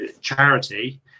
charity